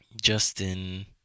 Justin